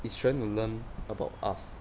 it's trying to learn about us